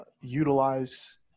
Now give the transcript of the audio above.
utilize